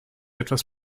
etwas